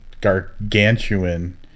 gargantuan